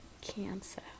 Cancer